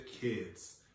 kids